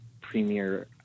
premier